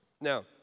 Now